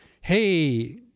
Hey